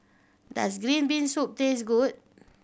does green bean soup taste good